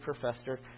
professor